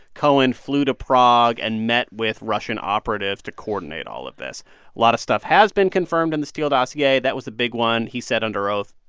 cohen flew to prague and met with russian operatives to coordinate all of this. a lot of stuff has been confirmed in the steele dossier. that was a big one. he said, under oath,